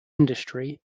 industry